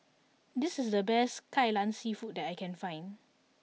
this is the best Kai Lan seafood that I can find